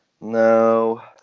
No